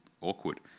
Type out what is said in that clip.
awkward